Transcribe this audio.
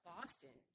Boston